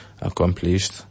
accomplished